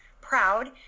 proud